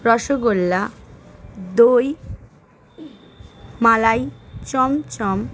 রসগোল্লা দই মালাই চমচম